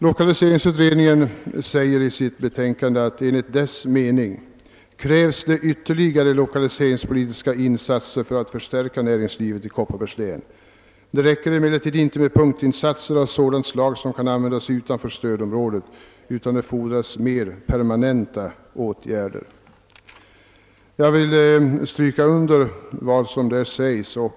Lokaliseringsutredningen säger i sitt betänkande att enligt dess mening krävs det ytterligare lokaliseringspolitiska insatser för att förstärka näringslivet i Kopparbergs län. Det räcker emellertid inte med punktinsatser av sådant slag som kan användas utanför stödområdet utan det fordras mer permanenta åtgärder, anser utredningen.